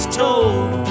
told